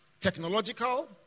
technological